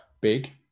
big